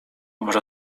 może